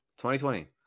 2020